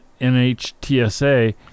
NHTSA